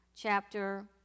chapter